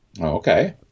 Okay